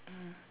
mm